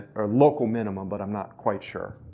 or local minimum but i'm not quite sure.